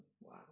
Wow